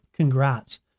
congrats